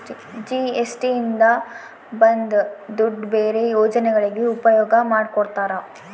GST ಇಂದ ಬಂದ್ ದುಡ್ಡು ಬೇರೆ ಯೋಜನೆಗಳಿಗೆ ಉಪಯೋಗ ಮಾಡ್ಕೋತರ